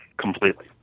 completely